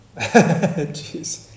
Jeez